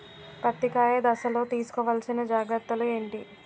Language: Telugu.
పత్తి కాయ దశ లొ తీసుకోవల్సిన జాగ్రత్తలు ఏంటి?